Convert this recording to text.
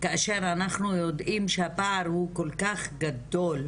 כאשר אנחנו יודעים שהפער הוא כל כך גדול,